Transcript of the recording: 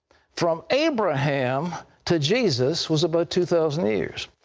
from abraham to jesus was about two thousand years.